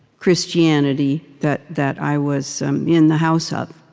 christianity that that i was in the house of.